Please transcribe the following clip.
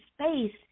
space